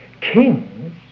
Kings